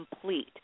complete